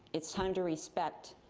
it's time to respect